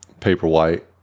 paperwhite